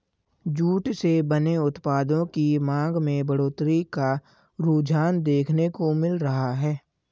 jute से बने उत्पादों की मांग में बढ़ोत्तरी का रुझान देखने को मिल रहा है